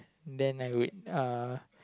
then I would uh